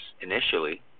initially